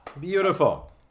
beautiful